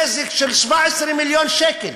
נזק של 17 מיליון שקל.